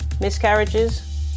miscarriages